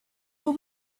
will